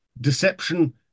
deception